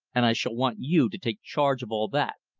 and i shall want you to take charge of all that,